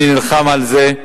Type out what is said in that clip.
אני נלחם על זה,